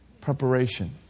Preparation